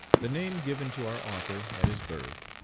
the name given to our author at his birth,